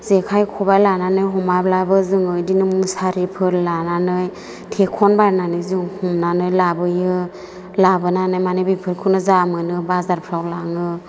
जेखाइ खबाइ लानानै हमाब्लाबो जोङो बिदिनो मुसारिफोर लानानै थेखनबायनानै जों हमनानै लाबोयो लाबोनानै माने बेफोरखौनो जा मोनो बाजारफोराव लाङो